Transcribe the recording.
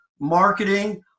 marketing